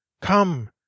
Come